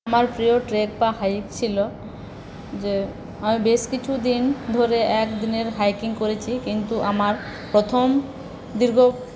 আমার প্রিয় ট্রেক বা হাইক ছিল যে আমি বেশ কিছুদিন ধরে একদিনের হাইকিং করেছি কিন্তু আমার প্রথম দীর্ঘ